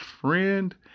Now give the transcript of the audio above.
friend